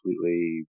completely